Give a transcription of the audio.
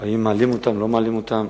האם מעלים אותם או לא מעלים אותם?